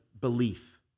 belief